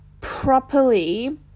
properly